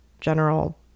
general